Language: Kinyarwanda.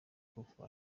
kuko